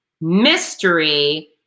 mystery